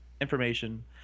information